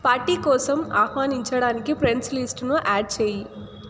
party కోసం ఆహ్వానించడానికి friends లిస్టును యాడ్ చేయి